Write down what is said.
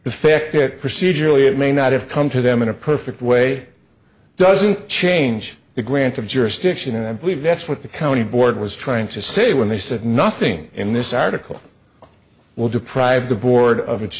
the fact that procedurally it may not have come to them in a perfect way doesn't change the grant of jurisdiction and i believe that's what the county board was trying to say when they said nothing in this article will deprive the board of its